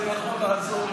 זה יכול לעזור לו,